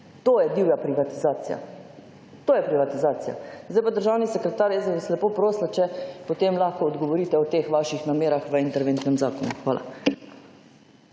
To je divja privatizacija. To je privatizacija. Zdaj pa, državni sekretar, jaz bi vas lepo prosila, če lahko odgovorite o teh vaših namerah v interventnem zakonu. Hvala.